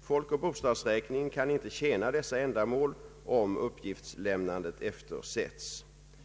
Folkoch bostadsräkningen kan inte tjäna dessa ändamål, om uppgiftslämnandet eftersätts.